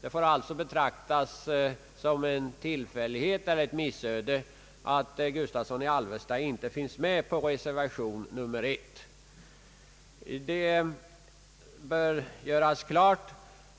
Det får alltså betraktas som en tillfällighet eller ett missöde att herr Gustavsson i Alvesta inte finns med på reservationen 1. Det bör göras klart